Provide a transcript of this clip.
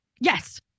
Yes